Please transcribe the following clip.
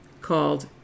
called